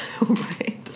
Right